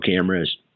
cameras